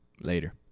Later